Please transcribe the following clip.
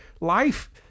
life